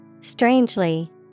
strangely